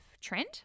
trend